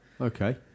Okay